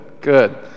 good